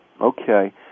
Okay